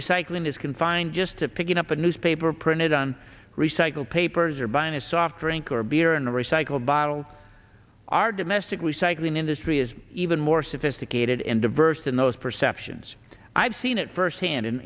recycling is confined just to picking up a newspaper printed on recycled papers or buying a soft drink or beer in a recycled bottle our domestic recycling industry is even more sophisticated and diverse than those perceptions i've seen it firsthand in